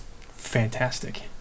fantastic